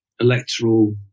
electoral